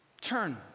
turn